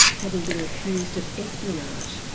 having been accused of espionage,